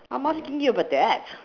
I'm asking you about that